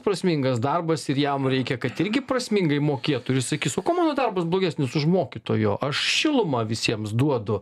prasmingas darbas ir jam reikia kad irgi prasmingai mokėtų ir jis sakys o kuo mano darbas blogesnis už mokytojo aš šilumą visiems duodu